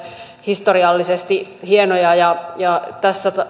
historiallisesti hienoja ja ja tässä